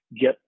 get